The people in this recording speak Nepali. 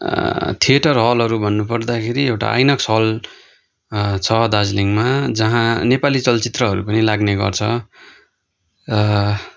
थिएटर हलहरू भन्नुपर्दाखेरि एउटा आइनक्स हल छ दार्जिलिङमा जहाँ नेपाली चलचित्रहरू पनि लाग्ने गर्छ